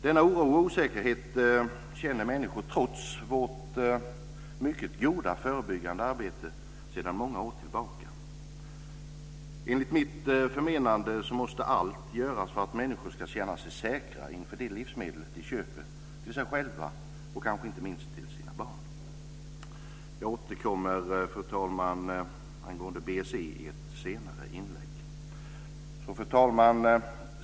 Denna oro och osäkerhet känner människor trots vårt mycket goda förebyggande arbete sedan många år tillbaka. Enligt mitt förmenande måste allt göras för att människor ska känna sig säkra inför de livsmedel de köper till sig själva och kanske inte minst till sina barn. Jag återkommer, fru talman, angående Fru talman!